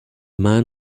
man